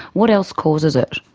what else causes it?